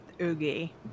Oogie